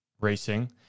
racing